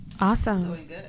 Awesome